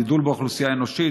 גידול באוכלוסייה האנושית,